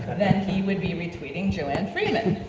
then he would be retweeting joanne freeman.